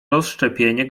rozszczepienie